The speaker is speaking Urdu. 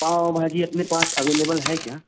پاؤ بھاجی اپنے پاس اویلیبل ہے کیا